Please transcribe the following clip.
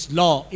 law